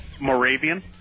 Moravian